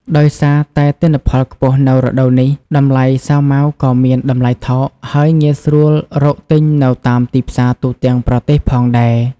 ដោយសារតែទិន្នផលខ្ពស់នៅរដូវនេះ តម្លៃសាវម៉ាវក៏មានតម្លៃថោក ហើយងាយស្រួលរកទិញនៅតាមទីផ្សារទូទាំងប្រទេសផងដែរ។